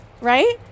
right